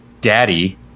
Daddy